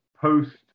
post